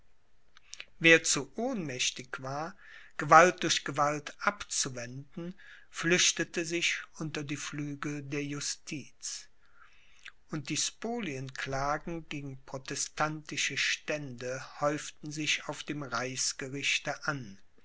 wer zu ohnmächtig war gewalt durch gewalt abzuwenden flüchtete sich unter die flügel der justiz und die spolienklagen gegen protestantische stände häuften sich auf dem reichsgerichte an